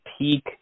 peak